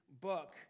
book